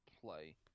play